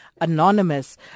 anonymous